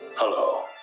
Hello